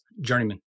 journeyman